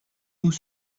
nous